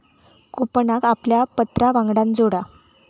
कूपनका आपल्या पत्रावांगडान जोडा